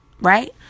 right